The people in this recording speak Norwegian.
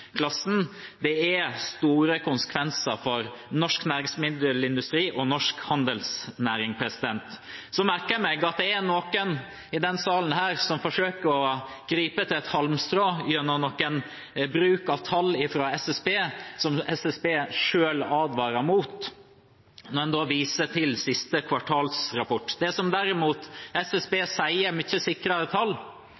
Det er store konsekvenser for norsk næringsmiddelindustri og norsk handelsnæring. Jeg merker meg at det er noen i denne salen som forsøker å gripe til et halmstrå gjennom bruk av tall fra SSB, som SSB selv advarer mot, når en viser til siste kvartalsrapport. Det som derimot er mye sikrere tall, ifølge SSB,